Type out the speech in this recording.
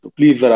Please